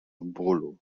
bólu